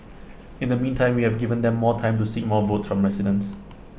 in the meantime we have given them more time to seek more votes from residents